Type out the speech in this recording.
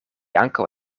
ankaŭ